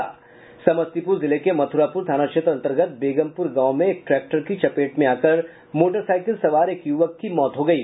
समस्तीपूर जिले के मथुरापूर थाना क्षेत्र अंतर्गत बेगमपूर गांव में एक ट्रैक्टर की चपेट में आकर मोटरसाइकिल सवार एक युवक की मौत हो गयी